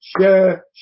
share